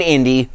Indy